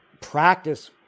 practice